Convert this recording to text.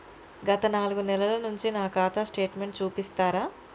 గత నాలుగు నెలల నుంచి నా ఖాతా స్టేట్మెంట్ చూపిస్తరా?